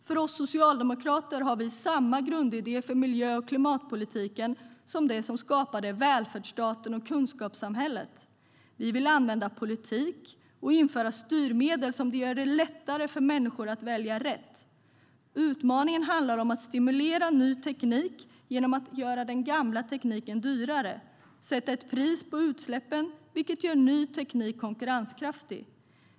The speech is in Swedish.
Vi socialdemokrater har samma grundidé för miljö och klimatpolitiken som de som skapade välfärdsstaten och kunskapssamhället. Vi vill använda en politik och införa styrmedel som gör det lättare för människor att välja rätt. Utmaningen handlar om att stimulera ny teknik genom att göra den gamla tekniken dyrare och sätta ett pris på utsläppen, vilket gör ny teknik konkurrenskraftig.